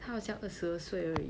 他好像二十二岁而已